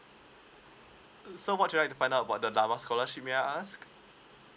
so what trying to find out about the llama scholarship may I ask